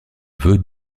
vœu